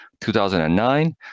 2009